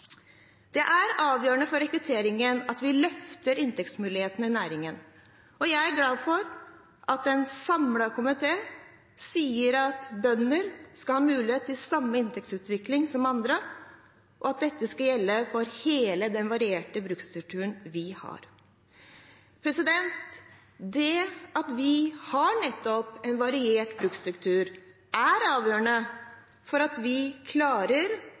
Det er avgjørende for rekrutteringen at vi løfter inntektsmulighetene i næringen, og jeg er glad for at en samlet komité sier at bønder skal ha mulighet til samme inntektsutvikling som andre, og at dette skal gjelde for hele den varierte bruksstrukturen vi har. Det at vi har nettopp en variert bruksstruktur, er avgjørende for at vi klarer